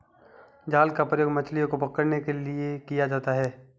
जाल का प्रयोग मछलियो को पकड़ने के लिये किया जाता है